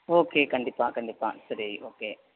okay கண்டிப்பாக கண்டிப்பாக சரி ஓகே